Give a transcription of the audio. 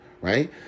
right